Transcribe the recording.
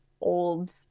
old